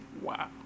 Wow